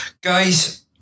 Guys